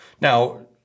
Now